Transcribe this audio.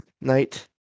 night